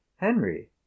henry